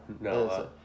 No